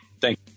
thank